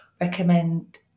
recommend